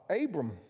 Abram